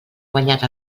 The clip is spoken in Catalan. guanyat